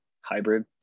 hybrid